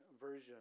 Version